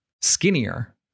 skinnier